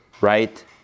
right